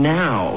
now